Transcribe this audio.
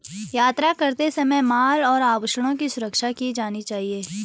यात्रा करते समय माल और आभूषणों की सुरक्षा की जानी चाहिए